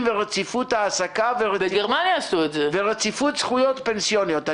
ורציפות העסקה ורציפות זכויות פנסיוניות.